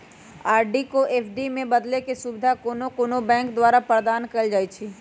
RD को FD में बदलेके सुविधा कोनो कोनो बैंके द्वारा प्रदान कएल जाइ छइ